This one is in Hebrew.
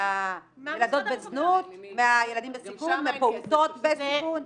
מהילדות בזנות, מהילדים בסיכון, מהפעוטות בסיכון?